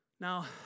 Now